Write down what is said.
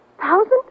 Thousand